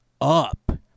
up